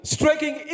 Striking